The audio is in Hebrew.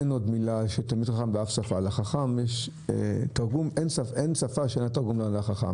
אין עוד צירוף של "תלמיד חכם" באף שפה אין שפה שאין לה תרגום ל"חכם".